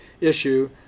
issue